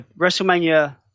WrestleMania